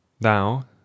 Thou